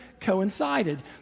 coincided